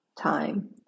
time